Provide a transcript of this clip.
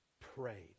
prayed